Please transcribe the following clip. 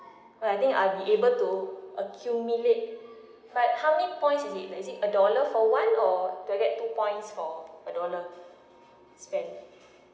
oh I think I might be able to accumulate but how many points is it is it a dollar for one or do I get two points for a dollar spent